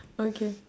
okay